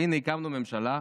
והינה, הקמנו ממשלה,